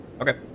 Okay